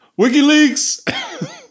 WikiLeaks